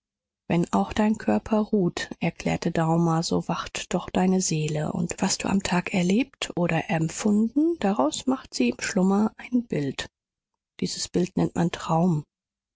wenn auch dein körper ruht erklärte daumer so wacht doch deine seele und was du am tag erlebt oder empfunden daraus macht sie im schlummer ein bild dieses bild nennt man traum